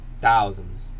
thousands